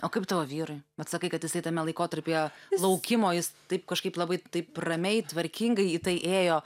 o kaip tavo vyrui vat sakai kad jisai tame laikotarpyje laukimo jis taip kažkaip labai taip ramiai tvarkingai į tai ėjo